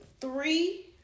three